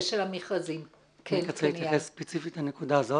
אני רוצה להתייחס ספציפית לנקודה הזאת.